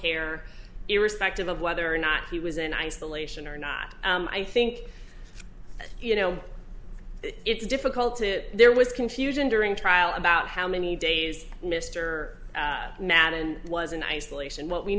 care irrespective of whether or not he was in isolation or not i think you know it's difficult to there was confusion during trial about how many days mr nat and was in isolation what we